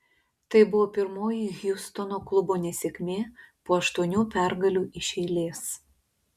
tai buvo pirmoji hjustono klubo nesėkmė po aštuonių pergalių iš eilės